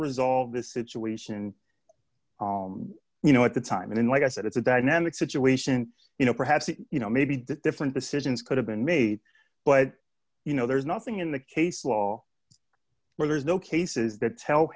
resolve this situation you know at the time and like i said it's a dynamic situation you know perhaps you know maybe different decisions could have been made but you know there's nothing in the case law where there's no cases that tel